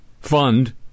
fund